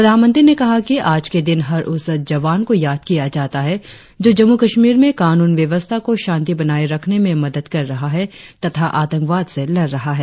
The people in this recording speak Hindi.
प्रधानमंत्री ने कहा कि आज के दिन हर उस जवान को याद किया जाता है जो जम्मू कश्मीर में कानून व्यवस्था और शांति बनाये रखने में मदद कर रहा है तथा आतंकवाद से लड़ रहा है